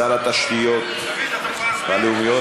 שר התשתיות הלאומיות,